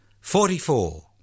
forty-four